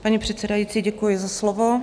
Paní předsedající, děkuji za slovo.